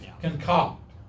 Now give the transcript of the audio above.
concoct